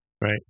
Right